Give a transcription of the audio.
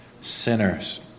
sinners